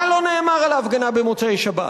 מה לא נאמר על ההפגנה במוצאי-שבת?